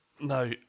No